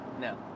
No